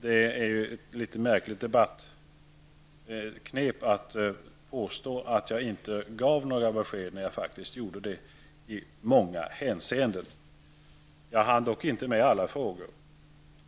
Det är ett litet märkligt debattknep att påstå att jag inte gav några besked, när jag faktiskt gjorde det i många hänseenden. Jag hann dock inte med alla frågor.